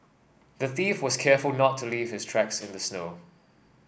the thief was careful not to leave his tracks in the snow